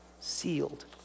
Sealed